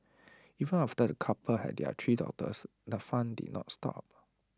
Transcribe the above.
even after the couple had their three daughters the fun did not stop